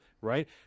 Right